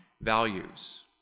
values